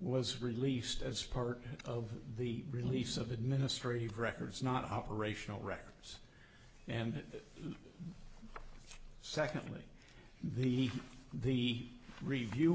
was released as part of the release of administrative records not operational records and secondly the he review